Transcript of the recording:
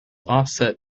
offset